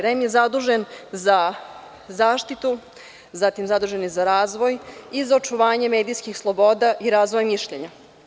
REM je zadužen za zaštitu, zatim, zadužen je razvoj i za očuvanje medijskih sloboda i razvoja mišljenja.